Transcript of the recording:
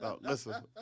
Listen